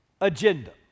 agenda